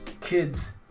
kids